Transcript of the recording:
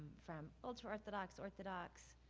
from ultra orthodox, orthodox,